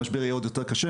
המשבר יהיה עוד יותר קשה,